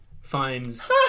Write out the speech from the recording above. Finds